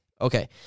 Okay